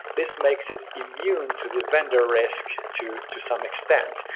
this makes it immune to the vendor risk to to some extent.